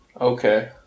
Okay